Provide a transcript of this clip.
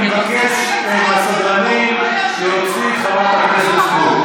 אני מבקש מהסדרנים להוציא את חברת הכנסת סטרוק.